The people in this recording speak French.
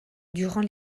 durant